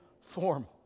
form